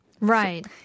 Right